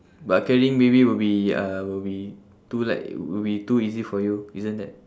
but carrying baby will be uh will be too light will be too easy for you isn't that